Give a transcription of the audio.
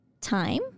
time